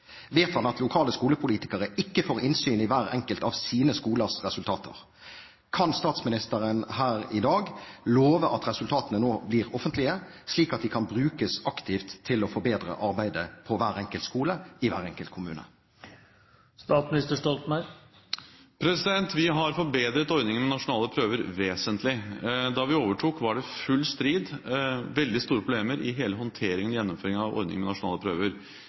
Vet han at lokale skolepolitikere ikke får innsyn i hver enkelt av sine skolers resultater? Kan statsministeren her i dag love at resultatene nå blir offentlige, slik at de kan brukes aktivt til å forbedre arbeidet på hver enkelt skole i hver enkelt kommune? Vi har forbedret ordningen med nasjonale prøver vesentlig. Da vi overtok, var det full strid og veldig store problemer med håndteringen og gjennomføringen av ordningen med nasjonale prøver. Vi har fått på plass en ordning med nasjonale prøver